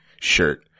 shirt